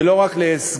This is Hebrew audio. ולא רק להסגר,